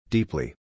Deeply